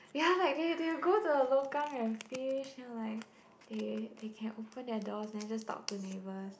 ya like they they will go to the longkang and fish you know like they they can open their doors and just talk to neighbors